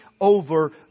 over